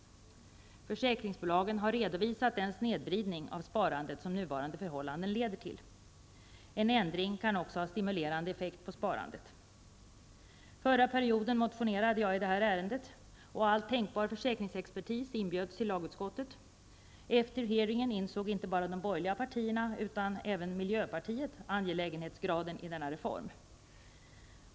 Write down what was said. Försäkringsbolagen har redovisat den snedvridning av sparandet som nuvarande förhållanden leder till. En ändring kan också ha en stimulerande effekt på sparandet. Förra perioden motionerade jag i detta ärende och all tänkbar försäkringsexpertis inbjöds till lagutskottet. Efter hearingen insåg inte bara de borgerliga partierna, utan även miljöpartiet angelägenhetsgraden i denna reform.